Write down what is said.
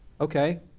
okay